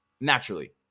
Naturally